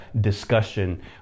discussion